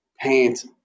paint